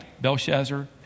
Belshazzar